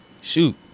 shoot